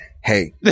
Hey